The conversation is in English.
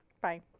Bye